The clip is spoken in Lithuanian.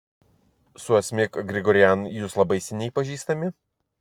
su asmik grigorian jūs labai seniai pažįstami